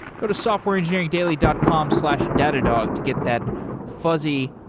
go to softwareengineeringdaily dot com slash datadog to get that fuzzy,